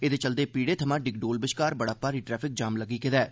एह्दे चलदे पीड़े थमां डिगडोल बश्कार बड़ा भारी ट्रैफिक जाम लग्गी गेदा ऐ